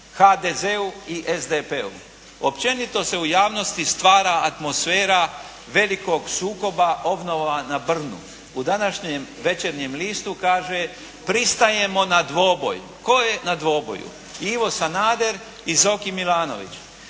HDZ-u i SDP-u. Općenito se u javnosti stvara atmosfera velikog sukoba obnova na …/Govornik se ne razumije./… U današnjem "Večernjem listu" kaže: "Pristajemo na dvoboj.". Tko je na dvoboju? Ivo Sanader i Zoki Milanović.